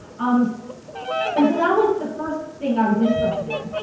um and so that was the first thing i was interested in.